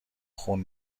خون